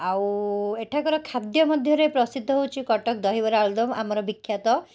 ଆଉ ଏଠାକାର ଖାଦ୍ୟ ମଧ୍ୟରେ ପ୍ରସିଦ୍ଧ ହେଉଛି କଟକ ଦହିବରା ଆଳୁଦମ ଆମର ବିଖ୍ୟାତ